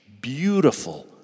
beautiful